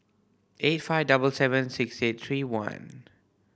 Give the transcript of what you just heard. eight five double seven six eight three one